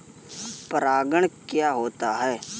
परागण क्या होता है?